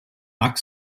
mack